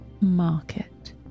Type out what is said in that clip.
Market